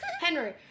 Henry